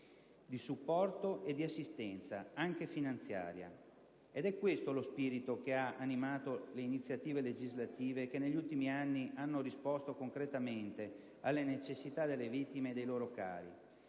di supporto e di assistenza, anche finanziaria. Ed è questo lo spirito che ha animato le iniziative legislative che, negli ultimi anni, hanno risposto concretamente alle necessità delle vittime e dei loro cari.